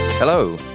Hello